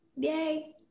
Yay